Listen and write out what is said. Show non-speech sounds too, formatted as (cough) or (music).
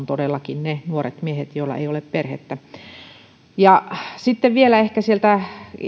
(unintelligible) todellakin ne nuoret miehet joilla ei ole perhettä sitten vielä ehkä sieltä